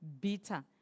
bitter